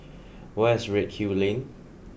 where is Redhill Lane